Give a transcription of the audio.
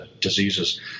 diseases